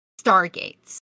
stargates